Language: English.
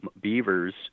Beavers